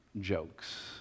jokes